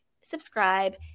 subscribe